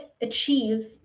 achieve